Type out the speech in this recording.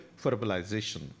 verbalization